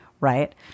right